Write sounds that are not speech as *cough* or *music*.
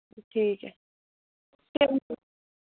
ठीक है *unintelligible*